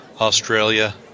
Australia